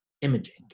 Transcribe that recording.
imaging